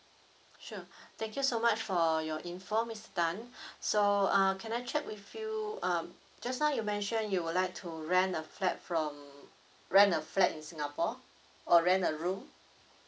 sure thank you so much for your info mister tan so uh can I check with you um just now you mentioned you would like to rent a flat from rent a flat in singapore or rent a room